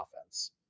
offense